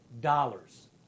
dollars